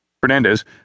Fernandez